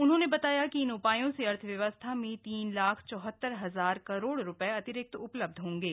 उन्होंने बताया कि इन उपायों से अर्थव्यवस्था में तीन लाख चौहतर हजार करोड़ रुपये अतिरिक्त उपलब्ध होंगे